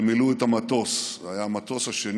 שמילאו את המטוס, זה היה המטוס השני